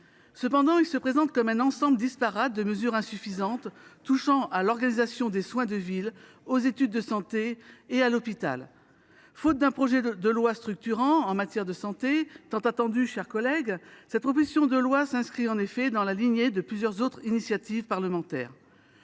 Cependant, il se présente comme un ensemble disparate de mesures insuffisantes touchant à l’organisation des soins de ville, aux études de santé et à l’hôpital. Faute d’un projet de loi structurant en matière de santé, qui est très attendu, mes chers collègues, cette proposition de loi s’inscrit dans la lignée de plusieurs autres initiatives parlementaires.